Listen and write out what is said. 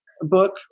book